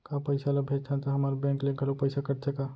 का पइसा ला भेजथन त हमर बैंक ले घलो पइसा कटथे का?